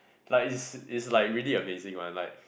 like is is like really amazing lah like